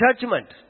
judgment